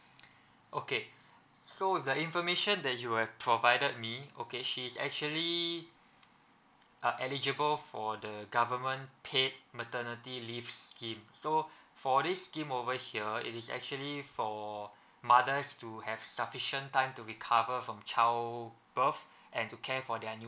okay so the information that you have provided me okay she's actually uh eligible for the government paid maternity leave scheme so for this scheme over here it is actually for mothers to have sufficient time to recover from child birth and to care for their